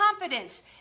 confidence